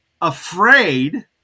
afraid